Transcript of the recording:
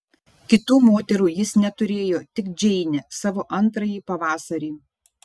kitų moterų jis neturėjo tik džeinę savo antrąjį pavasarį